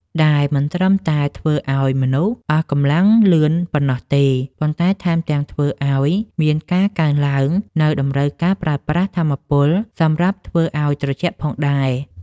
ដែលមិនត្រឹមតែធ្វើឱ្យមនុស្សអស់កម្លាំងលឿនប៉ុណ្ណោះទេ ប៉ុន្តែថែមទាំងធ្វើឱ្យមានការកើនឡើងនូវតម្រូវការប្រើប្រាស់ថាមពលសម្រាប់ធ្វើឱ្យត្រជាក់ផងដែរ។